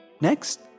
Next